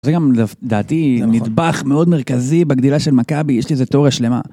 זה גם, דעתי, נדבך מאוד מרכזי בגדילה של מכבי, יש לי איזה תאוריה שלמה.